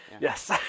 Yes